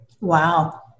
Wow